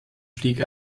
stieg